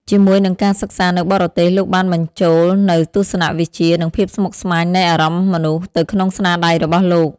ជាមួយនឹងការសិក្សានៅបរទេស លោកបានបញ្ចូលនូវ ទស្សនៈវិជ្ជា និងភាពស្មុគស្មាញនៃអារម្មណ៍មនុស្ស ទៅក្នុងស្នាដៃរបស់លោក។